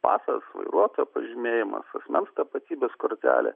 pasas vairuotojo pažymėjimas asmens tapatybės kortelė